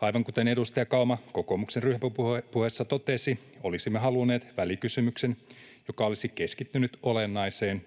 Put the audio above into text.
Aivan kuten edustaja Kauma kokoomuksen ryhmäpuheessa totesi, olisimme halunneet välikysymyksen, joka olisi keskittynyt olennaiseen: